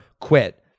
quit